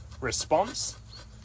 response